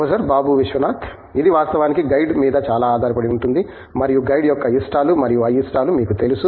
professor Babu Vishwanath ఇది వాస్తవానికి guide మీద చాలా ఆధారపడి ఉంటుంది మరియు గైడ్ యొక్క ఇష్టాలు మరియు అయిష్టాలు మీకు తెలుసు